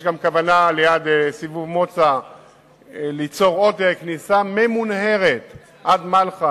יש גם כוונה ליצור ליד סיבוב מוצא עוד כניסה ממונהרת עד מלחה,